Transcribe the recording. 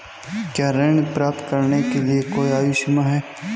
क्या ऋण प्राप्त करने के लिए कोई आयु सीमा है?